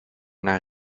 naar